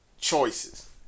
choices